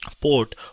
port